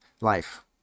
life